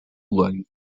line